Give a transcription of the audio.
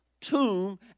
tomb